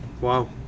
Wow